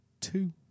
two